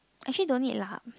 actually don't need lah